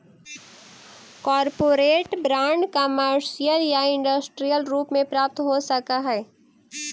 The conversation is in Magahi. कॉरपोरेट बांड कमर्शियल या इंडस्ट्रियल रूप में प्राप्त हो सकऽ हई